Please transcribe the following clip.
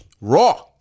raw